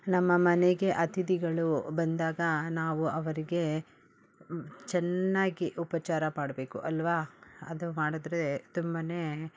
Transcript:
ನಮ್ಮ ಮನೆಗೆ ಅತಿಥಿಗಳು ಬಂದಾಗ ನಾವು ಅವರಿಗೆ ಚೆನ್ನಾಗಿ ಉಪಚಾರ ಮಾಡಬೇಕು ಅಲ್ವ ಅದು ಮಾಡಿದ್ರೇ ತುಂಬನೇ